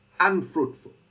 unfruitful